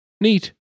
Neat